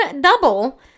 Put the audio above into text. double